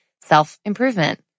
self-improvement